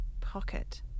pocket